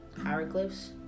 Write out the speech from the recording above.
hieroglyphs